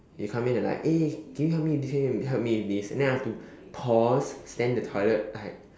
you come in and like eh can you help me this thing help me with this and then I have to pause stand in the toilet I